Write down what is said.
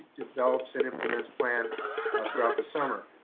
develops and implements plan throughout the summer.